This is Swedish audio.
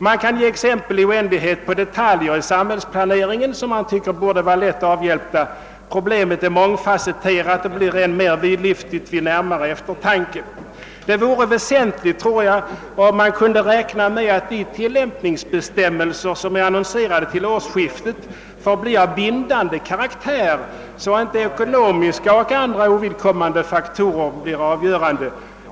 Man kan anföra exempel i oändlighet på detaljer i samhällsplaneringen, som man tycker borde vara lätt avhjälpta. Problemet är mångfasetterat. Det vore väsentligt om man kunde räkna med att de tillämpningsbestämmelser som är annonserade till årsskiftet får bli av bindande karaktär, så att inte ekonomiska eller andra ovidkommande faktorer blir avgörande.